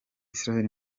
israel